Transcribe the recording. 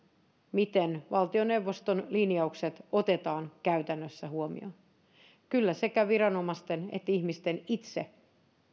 miten valtioneuvoston linjaukset otetaan käytännössä huomioon kyllä sekä viranomaisten että ihmisten itse